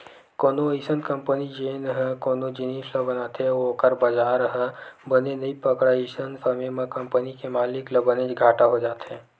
कोनो अइसन कंपनी जेन ह कोनो जिनिस ल बनाथे अउ ओखर बजार ह बने नइ पकड़य अइसन समे म कंपनी के मालिक ल बनेच घाटा हो जाथे